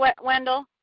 Wendell